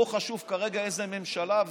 לא חשוב כרגע איזו ממשלה יש,